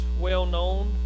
well-known